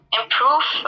improve